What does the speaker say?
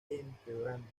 empeorando